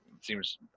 seems